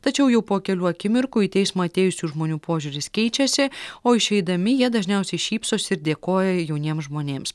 tačiau jau po kelių akimirkų į teismą atėjusių žmonių požiūris keičiasi o išeidami jie dažniausiai šypsosi ir dėkoja jauniems žmonėms